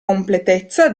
completezza